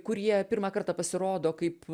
kurie pirmą kartą pasirodo kaip